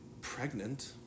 pregnant